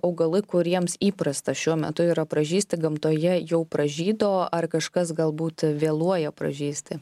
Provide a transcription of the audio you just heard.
augalai kuriems įprasta šiuo metu yra pražysti gamtoje jau pražydo ar kažkas galbūt vėluoja pražysti